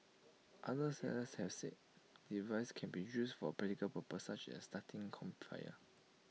other sellers have said device can be used for practical purposes such as starting campfires